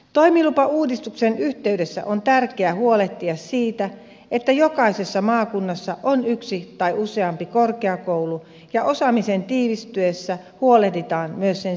toimilupauudistuksen yhteydessä on tärkeää huolehtia siitä että jokaisessa maakunnassa on yksi tai useampi korkeakoulu ja osaamisen tiivistyessä huolehditaan myös sen siirtymisestä alueella